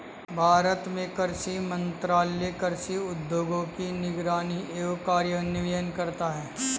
भारत में कृषि मंत्रालय कृषि उद्योगों की निगरानी एवं कार्यान्वयन करता है